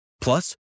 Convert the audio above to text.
Plus